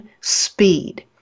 speed